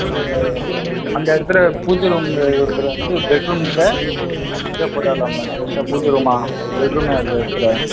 அந்த அந்த இடத்துல பூஜை ரூமை இருக்கிற இடத்துல வந்து பெட் ரூம்கிட்ட இதா போட்டுருலாம் மேடம் பெருசாக பூஜை ரூமாக பெட் ரூமாக இருக்க இடத்துல